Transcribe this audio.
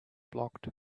blocked